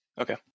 Okay